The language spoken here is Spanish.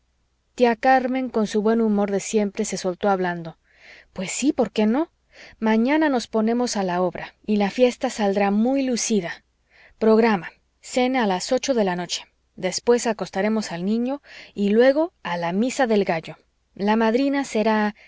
tía carmen con su buen humor de siempre se soltó hablando pues sí por qué no mañana nos ponemos a la obra y la fiesta saldrá muy lucida programa cena a las ocho de la noche después acostaremos al niño y luego a la misa del gallo la madrina será